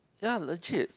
ya legit